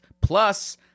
plus